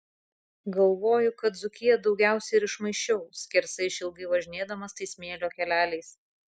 galvoju kad dzūkiją daugiausiai ir išmaišiau skersai išilgai važinėdamas tais smėlio keleliais